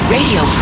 Radio